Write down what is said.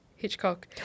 Hitchcock